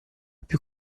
più